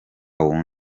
wundi